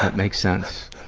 makes sense.